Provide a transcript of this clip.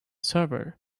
server